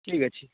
ଠିକ୍ ଅଛି